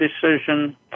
decision